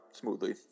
smoothly